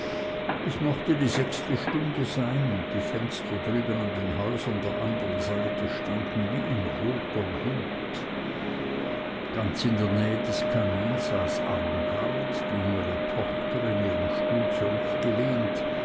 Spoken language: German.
es mochte die sechste stunde sein und die fenster drüben an den häusern der andern seite standen wie in roter glut ganz in der nähe des kamins saß armgard die jüngere tochter in ihren stuhl